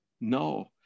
No